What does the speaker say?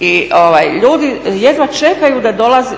i ljudi jedva čekaju